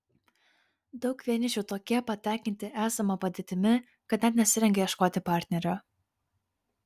daug vienišių tokie patenkinti esama padėtimi kad net nesirengia ieškoti partnerio